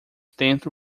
dentro